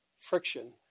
friction